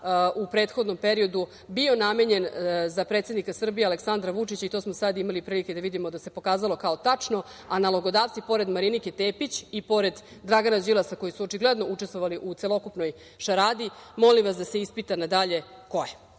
u prethodnom periodu, bio namenjen za predsednika Srbije Aleksandra Vučića i to smo sad imali prilike da vidimo da se pokazalo kao tačno, a nalogodavci, pored Marinike Tepić i pored Dragana Đilasa, koji su očigledno učestvovali u celokupnoj šaradi, molim vas da se ispita na dalje ko je,